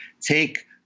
take